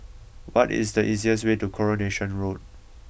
what is the easiest way to Coronation Road